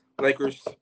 Lakers